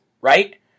Right